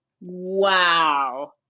Wow